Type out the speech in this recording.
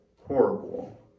horrible